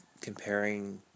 comparing